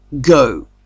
Go